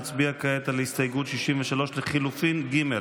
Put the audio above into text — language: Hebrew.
נצביע כעת על הסתייגות 63 לחלופין ג'.